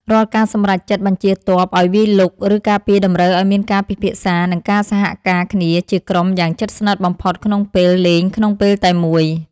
រាល់ការសម្រេចចិត្តបញ្ជាទ័ពឱ្យវាយលុកឬការពារតម្រូវឱ្យមានការពិភាក្សានិងការសហការគ្នាជាក្រុមយ៉ាងជិតស្និទ្ធបំផុតក្នុងពេលលេងក្នុងពេលតែមួយ។